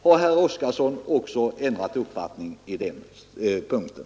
Har herr Oskarson också ändrat uppfattning på den punkten?